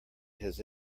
his